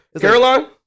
Caroline